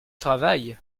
travail